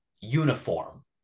uniform